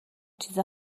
چیز